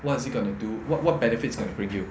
what is it got to do what what benefits it's going to bring you